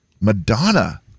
Madonna